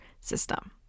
system